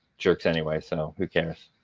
jerks anyway, so who cares?